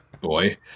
boy